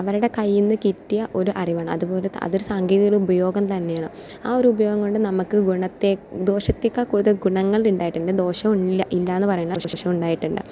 അവരുടെ കയ്യിൽ നിന്ന് കിട്ടിയ ഒരു അരവണ അതുപോലെ അതൊരു സാങ്കേതികയുടെ ഉപയോഗം തന്നെയാണ് ആ ഒരു ഉപയോഗം കൊണ്ട് നമുക്ക് ഗുണത്തെ ദോഷത്തേക്കാൾ കൂടുതൽ ഗുണങ്ങൾ ഉണ്ടായിട്ടുണ്ട് ദോഷവും ഇല്ല ഇല്ലയെന്ന് പറയുന്നില്ല ദോഷം ഉണ്ടായിട്ടുണ്ട്